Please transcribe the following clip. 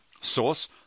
Source